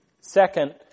Second